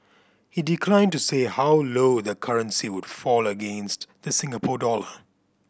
he declined to say how low the currency would fall against the Singapore dollar